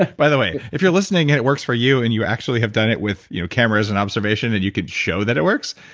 ah by the way, if you're listening and it works for you and you actually have done it with you know cameras and observation and you can show that it works,